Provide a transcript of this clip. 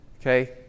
Okay